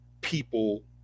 people